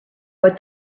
but